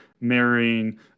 marrying